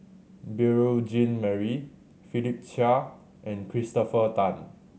Beurel Jean Marie Philip Chia and Christopher Tan